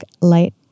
light